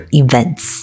events